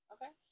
Okay